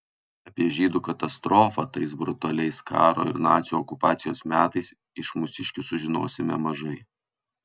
apie žydų katastrofą tais brutaliais karo ir nacių okupacijos metais iš mūsiškių sužinosime mažai